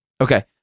Okay